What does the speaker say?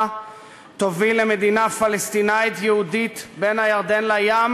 תוביל למדינה פלסטינית-יהודית בין הירדן לים,